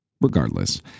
Regardless